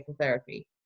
therapy